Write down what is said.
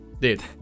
dude